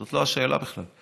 זאת לא השאלה בכלל.